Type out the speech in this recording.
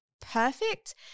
perfect